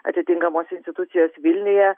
atitinkamos institucijos vilniuje